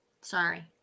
Sorry